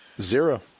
Zero